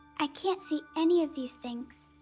i can't see any of these things,